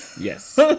Yes